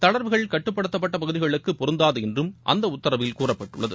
தளர்வுகள் கட்டுப்படுத்தப்பட்ட பகுதிகளுக்கு பொருந்தாது என்றும் அந்த உத்தரவில் கூறப்பட்டுள்ளது